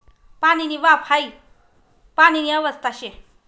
पाणीनी वाफ हाई पाणीनी अवस्था शे